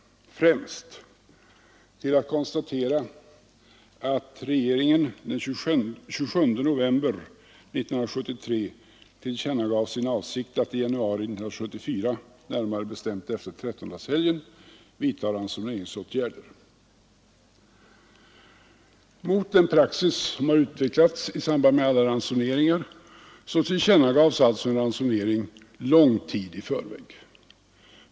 Främst konstaterar vi att regeringen den 27 november 1973 tillkännagav sin avsikt att i januari 1974 — närmare bestämt efter trettondagshelgen — vidta ransoneringsåtgärder. Mot den praxis som har utvecklats i samband med alla ransoneringar tillkännagavs alltså en ransonering lång tid i förväg.